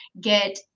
get